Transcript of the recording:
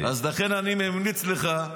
אז לכן אני ממליץ לך,